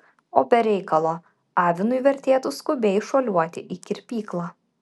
o be reikalo avinui vertėtų skubiai šuoliuoti į kirpyklą